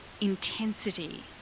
intensity